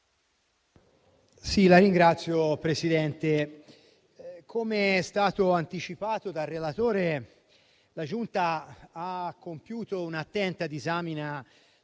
Signor Presidente, come è stato anticipato dal relatore, la Giunta ha compiuto un'attenta disamina